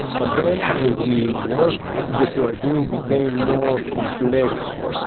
but then as the work that you're doing became more complex,